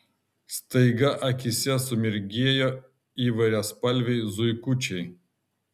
staiga akyse sumirgėjo įvairiaspalviai zuikučiai